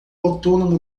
autônomo